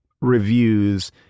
reviews